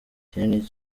kinini